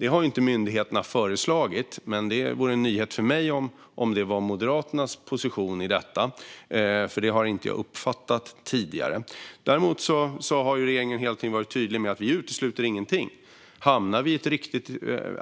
Det har inte myndigheterna föreslagit, och det vore en nyhet för mig om det är Moderaternas position i detta eftersom jag inte har uppfattat det tidigare. Däremot har regeringen hela tiden varit tydlig med att vi inte utesluter någonting. Hamnar vi i ett